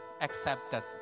accepted